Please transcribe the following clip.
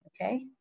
Okay